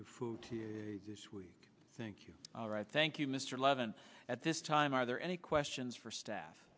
new food this week thank you all right thank you mr levin at this time are there any questions for staff